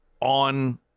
on